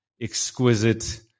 exquisite